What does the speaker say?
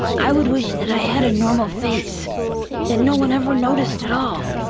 i would wish that i had a normal face that no one ever noticed at all.